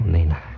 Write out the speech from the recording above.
Nina